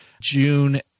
June